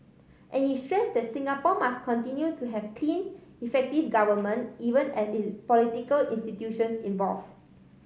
and he stress that Singapore must continue to have clean effective government even as its political institutions evolve